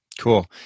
Cool